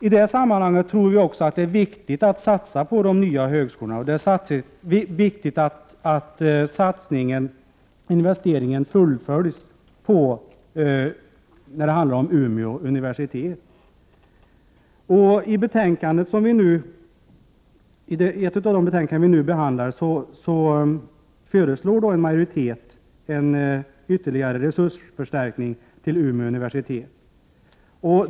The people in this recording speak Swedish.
I det sammanhanget tror vi också att det är viktigt att satsa på de nya högskolorna och att det är viktigt att investeringen när det gäller Umeå universitet fullföljs. I ett av de betänkanden som vi nu behandlar föreslår en majoritet i utskottet ytterligare resursförstärkning till Umeå universitet.